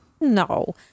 No